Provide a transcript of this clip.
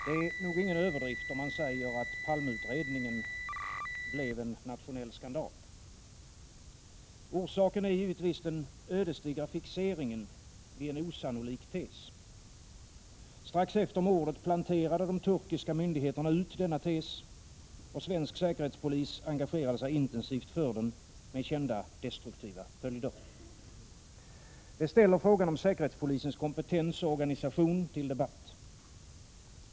Herr talman! Det är nog ingen överdrift, om man säger att Palmeutredningen blev en nationell skandal. Orsaken är givetvis den ödesdigra fixeringen vid en osannolik tes. Strax efter mordet planterade de turkiska myndigheterna ut denna tes, och svensk säkerhetspolis engagerade sig intensivt för den, med kända destruktiva följder. Det ställer frågan om säkerhetspolisens kompetens och organisation under debatt.